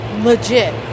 legit